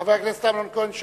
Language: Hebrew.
חבר הכנסת אמנון כהן,